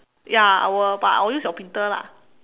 ya I will but I will use your printer lah